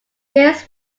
this